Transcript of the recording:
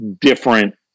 different